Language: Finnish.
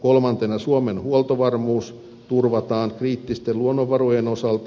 kolmantena suomen huoltovarmuus turvataan kriittisten luonnonvarojen osalta